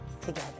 together